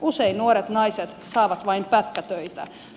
usein nuoret naiset saavat vain pätkätöitä